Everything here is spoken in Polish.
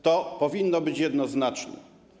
To powinno być jednoznaczne.